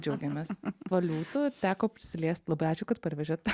džiaugėmės tuo liūtu teko prisiliest labai ačiū kad parvežėt